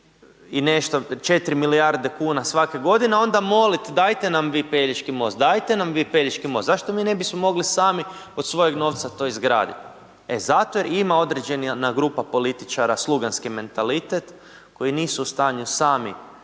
i nešto 4 milijarde kuna svake godine onda molit dajte nam vi Pelješki most, dajte nam vi Pelješki most, zašto mi ne bismo mogli sami od svojeg novca to izgradit? E zato jer ima određena grupa političara sluganski mentalitet koji nisu u stanju sami